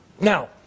Now